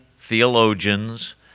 theologians